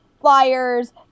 flyers